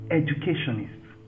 educationists